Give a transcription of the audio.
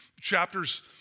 Chapters